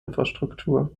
infrastruktur